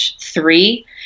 three